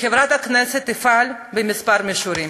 כחברת הכנסת אפעל בכמה מישורים: